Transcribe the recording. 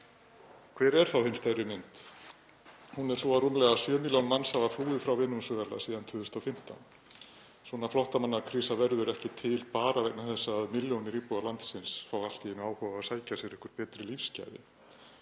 Hver er þá hin stærri mynd? Hún er sú að rúmlega 7 milljónir manna hafa flúið frá Venesúela síðan 2015. Svona flóttamannakrísa verður ekki til bara vegna þess að milljónir íbúa landsins fá allt í einu áhuga á að sækja sér einhver betri lífsgæði.